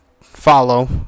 follow